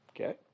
Okay